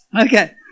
Okay